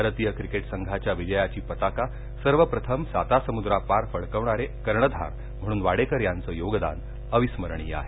भारतीय क्रिकेट संघाच्या विजयाची पताका सर्वप्रथम सातासमुद्रापार फडकविणारे कर्णधार म्हणून वाडेकर यांचं योगदान अविस्मरणीय आहे